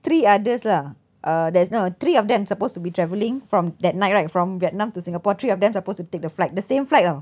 three others lah uh there's no three of them supposed to be travelling from that night right from vietnam to singapore three of them supposed to take the flight the same flight oh